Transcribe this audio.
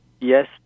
Yes